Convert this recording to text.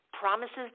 promises